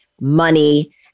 money